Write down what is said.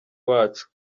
wacu